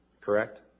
Correct